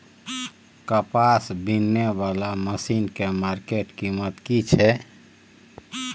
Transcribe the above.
कपास बीनने वाला मसीन के मार्केट कीमत की छै?